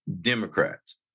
Democrats